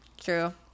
true